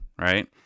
right